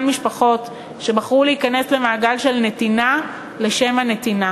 משפחות שבחרו להיכנס למעגל של נתינה לשם הנתינה,